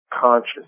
conscious